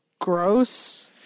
gross